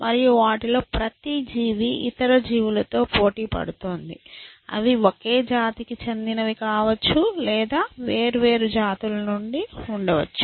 మరియు వాటిలో ప్రతి జీవి ఇతర జీవులతో పోటీ పడుతోంది అవి ఒకే జాతికి చెందినవి కావచ్చు లేదా అవి వేర్వేరు జాతుల నుండి ఉండవచ్చు